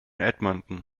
edmonton